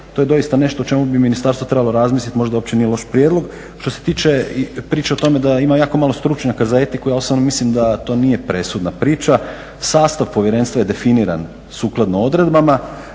to je doista nešto o čemu bi ministarstvo trebalo razmisliti, možda uopće nije loš prijedlog. Što se tiče priče o tome da ima jako malo stručnjaka za etiku, ja osobno mislim da to nije presudna priča, sastav povjerenstva je definiran sukladno odredbama,